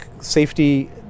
safety